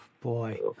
Boy